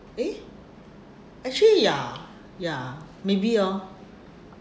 eh actually ya ya maybe oh